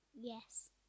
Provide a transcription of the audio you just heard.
yes